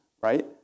right